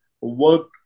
work